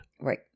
Right